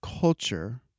culture